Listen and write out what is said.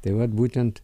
tai vat būtent